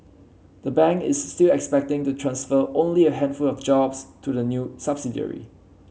the bank is still expecting to transfer only a handful of jobs to the new subsidiary